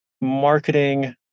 marketing